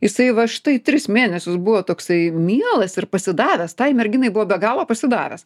jisai va štai tris mėnesius buvo toksai mielas ir pasidavęs tai merginai buvo be galo pasidavęs